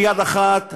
ביד אחת,